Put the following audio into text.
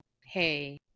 hey